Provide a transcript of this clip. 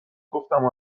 گفتم